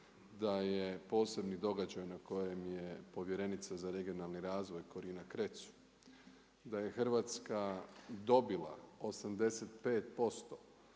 da je posebni događaj na kojem je povjerenica za regionalni razvoj Corina Cretu, da je Hrvatska dobila 85%